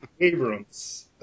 Abrams